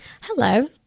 Hello